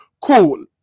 cool